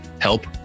help